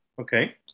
Okay